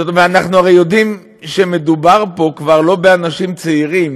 ואנחנו הרי יודעים שמדובר פה כבר לא באנשים צעירים,